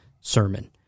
sermon